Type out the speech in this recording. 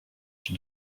czy